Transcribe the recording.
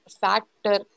factor